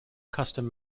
custom